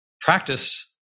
practice